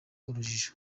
urujijo